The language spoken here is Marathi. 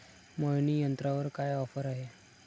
मळणी यंत्रावर काय ऑफर आहे?